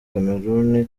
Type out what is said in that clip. cameroun